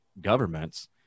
governments